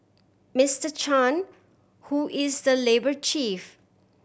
Mister Chan who is the labour chief